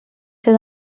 ser